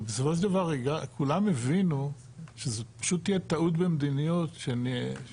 ובסופו של דבר כולנו הבינו שזו פשוט תהיה טעות במדיניות שנציג.